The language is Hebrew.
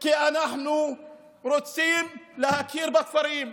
כי אנחנו רוצים להכיר בכפרים,